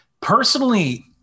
Personally